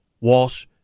walsh